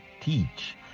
teach